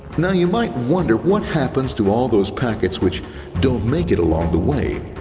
now, you might wonder what happens to all those packets which don't make it along the way.